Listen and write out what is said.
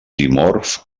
dimorf